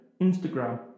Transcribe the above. Instagram